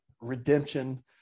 redemption